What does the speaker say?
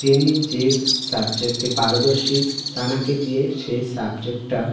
যিনি যে সাবজেক্টে পারদর্শী তাকে দিয়ে সেই সাবজেক্টটা